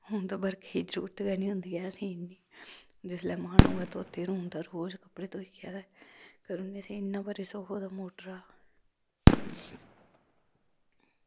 हून दा बरखे जरूरत गै निं होंदी ऐ असें इन्नी जिसलै मन होऐ धोत्ती र होन ता रोज कपड़े धोईयै ते हून असें इन्ना भारी सुख हो दा मोटरा